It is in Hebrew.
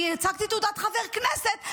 אני הצגתי תעודת חבר כנסת,